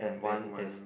then one